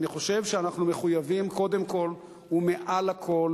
אני חושב שאנחנו מחויבים קודם כול ומעל הכול